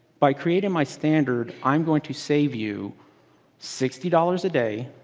by creating my standard, i'm going to save you sixty dollars a day,